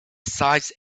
size